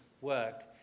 work